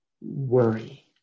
worry